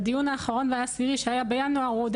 בדיון האחרון והעשירי שהיה בינואר הוא הודה